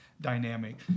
dynamic